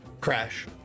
Crash